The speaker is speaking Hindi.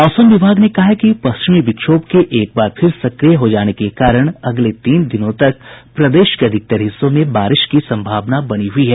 मौसम विभाग ने कहा है कि पश्चिमी विक्षोभ के एक बार फिर सक्रिय हो जाने के कारण अगले तीन दिनों तक प्रदेश के अधिकतर हिस्सों में बारिश की संभावना बनी हुई है